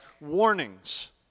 warnings